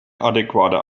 adäquater